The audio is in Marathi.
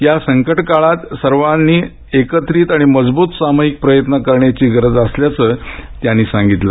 या संकटकाळांत सर्वांच्या एकत्रित आणि मजबूत सामुहिक प्रयत्नांची गरज असल्याचंही त्यांनी सांगितलं